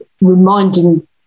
reminding